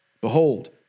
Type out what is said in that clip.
Behold